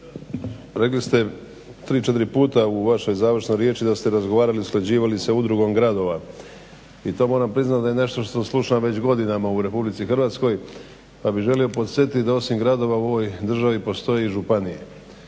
Rekli ste tri, četiri puta u vašoj završnoj riječi da ste razgovarali, usklađivali sa udrugom gradova i to moram priznat da je nešto što slušam već godinama u Republici Hrvatskoj pa bih želio podsjetiti da osim gradova u ovoj državi postoje i županije